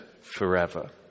forever